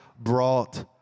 brought